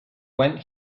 went